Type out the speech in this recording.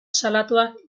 salatuak